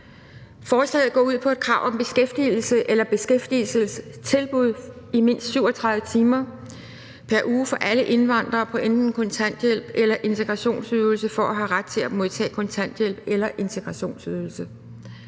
Forslaget går ud på et krav om beskæftigelse eller beskæftigelsestilbud i mindst 37 timer pr. uge for alle indvandrere på enten kontanthjælp eller integrationsydelse for at have ret til at modtage kontanthjælp eller integrationsydelse.